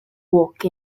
walk